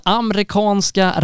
amerikanska